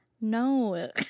No